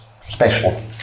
special